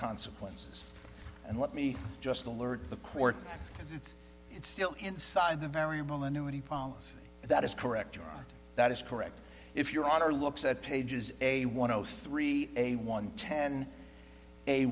consequences and let me just alert the court because it's still inside the variable annuity policy that is correct or not that is correct if your honor looks at pages a one hundred three a one ten a